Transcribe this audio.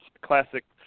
classic